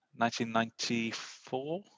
1994